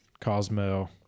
Cosmo